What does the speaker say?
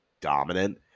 dominant